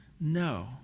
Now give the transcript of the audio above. No